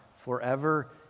forever